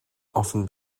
often